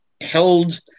held